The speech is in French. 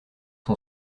son